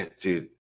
Dude